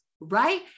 right